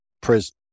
prison